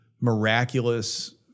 miraculous